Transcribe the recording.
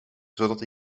zodat